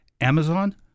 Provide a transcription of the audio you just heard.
Amazon